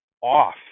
off